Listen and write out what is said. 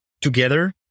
together